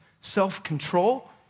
self-control